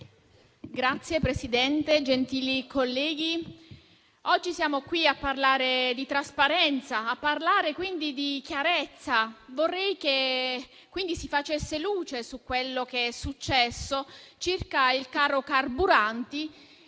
Signor Presidente, gentili colleghi, oggi siamo qui a parlare di trasparenza e quindi di chiarezza. Vorrei che si facesse luce su quello che è successo circa il caro carburanti